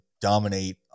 dominate